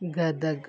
Gadag